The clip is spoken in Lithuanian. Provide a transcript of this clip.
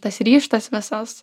tas ryžtas visas